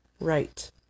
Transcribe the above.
Right